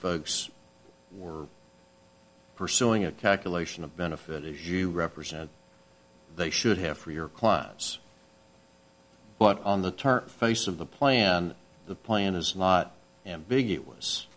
folks were pursuing a calculation of benefit you represent they should have for your clients but on the turn face of the plan the plan is a lot ambiguous